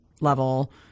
level